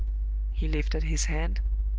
he lifted his hand,